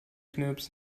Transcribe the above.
knirps